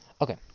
Okay